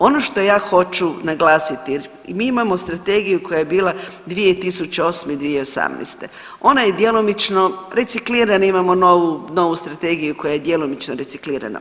Ono što ja hoću naglasiti, mi imamo strategiju koja je bila 2008.-2018. ona je djelomično reciklirana, imamo novu strategiju koja je djelomično reciklirana.